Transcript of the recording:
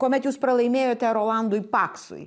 kuomet jūs pralaimėjote rolandui paksui